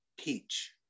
peach